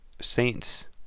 saints